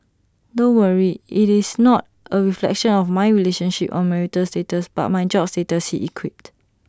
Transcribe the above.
don't worry IT is not A reflection of my relationship or marital status but my job status he quipped